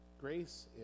grace